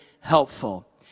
helpful